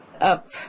up